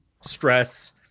stress